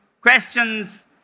questions